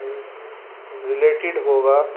related ہوگا